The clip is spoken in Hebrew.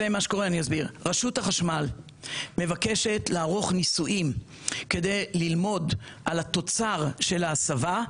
רשות החשמל מבקשת לערוך ניסויים כדי ללמוד על התוצר של ההסבה,